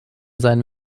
seinen